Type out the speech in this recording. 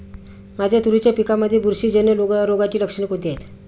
माझ्या तुरीच्या पिकामध्ये बुरशीजन्य रोगाची लक्षणे कोणती आहेत?